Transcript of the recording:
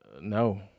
No